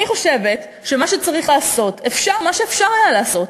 אני חושבת שמה שצריך לעשות, מה שאפשר היה לעשות,